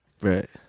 right